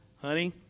Honey